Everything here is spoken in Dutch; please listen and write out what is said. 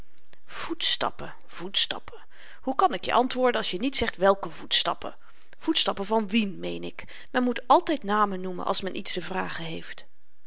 voetstappen voetstappen hoe kan ik je antwoorden als je niet zegt welke voetstappen voetstappen van wien meen ik men moet altyd namen noemen als men iets te vragen heeft